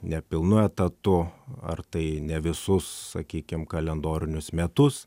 nepilnu etatu ar tai ne visus sakykim kalendorinius metus